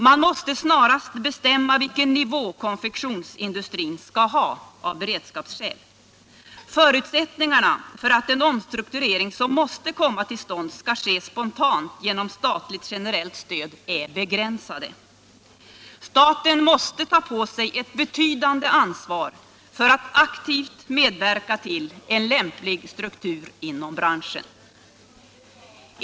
Man måste snarast bestämma vilken nivå konfektionsindustrin av beredskapsskäl skall ha. Förutsättningarna för att den omstrukturering som måste komma till stånd skall ske spontant genom statligt generellt stöd är begränsade. Staten måste ta på sig ett betydande ansvar för att aktivt medverka till en lämplig struktur inom branschen.